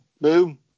Boom